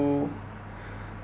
to